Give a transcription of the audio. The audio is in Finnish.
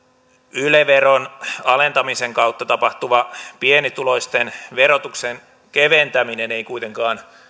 yle veron alentamisen kautta tapahtuva pienituloisten verotuksen keventäminen ei kuitenkaan